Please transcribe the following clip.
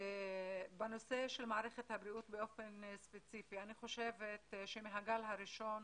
בנושא של מערכת הבריאות באופן ספציפי אני חושבת שמהגל הראשון